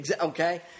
Okay